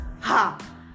ha